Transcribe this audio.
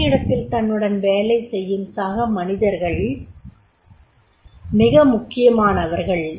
பணியிடத்தில் தன்னுடன் வேலை செய்யும் சக மனிதர்கள் மிக முக்கியமானவர்கள்